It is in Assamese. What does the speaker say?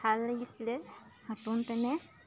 ভাল লাগিছিলে তেনে